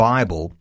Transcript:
Bible